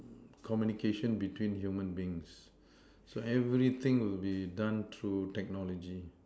communication between human beings so anybody thing will be done through technology